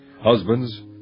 Husbands